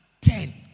ten